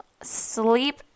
Sleep